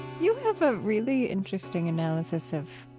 you have a really interesting analysis of,